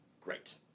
Great